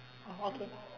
orh okay